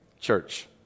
church